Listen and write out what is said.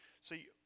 See